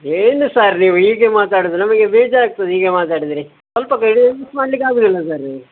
ಏನು ಸರ್ ನೀವು ಹೀಗೆ ಮಾತಾಡೋದು ನಮಗೆ ಬೇಜಾರು ಆಗ್ತದೆ ಹೀಗೆ ಮಾತಾಡಿದರೆ ಸ್ವಲ್ಪ ಬೇರೆ ಯೂಸ್ ಮಾಡ್ಲಿಕ್ಕೆ ಆಗುವುದಿಲ್ಲ ಸರ್